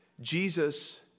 Jesus